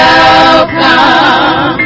Welcome